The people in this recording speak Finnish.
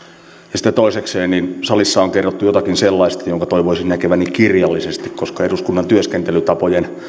sitten toisekseen salissa on kerrottu jotakin sellaista jonka toivoisin näkeväni kirjallisesti koska eduskunnan työskentelytapojen